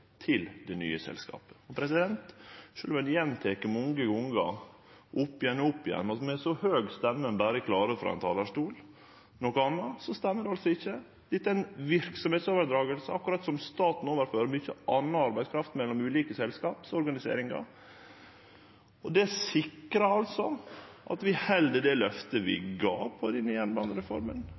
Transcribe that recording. til det nye selskapet. Sjølv om ein gjentek det mange gonger, om igjen og om igjen, med ei så høg stemme som ein berre klarar på ein talarstol, så stemmer det altså ikkje. Dette er ei overdraging av verksemda, akkurat som staten overfører mykje anna arbeidskraft mellom ulike selskapsorganiseringar. Det sikrar at vi held løftet vi gav for denne jernbanereforma: